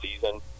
season